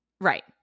Right